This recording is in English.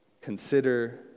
Consider